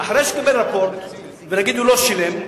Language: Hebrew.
אחרי שהוא קיבל רפורט ונגיד הוא לא שילם,